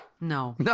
No